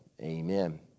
Amen